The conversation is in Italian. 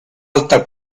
alta